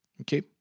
Okay